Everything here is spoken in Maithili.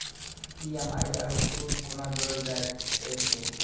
ई.एम.आई आरू सूद कूना जोड़लऽ जायत ऐछि?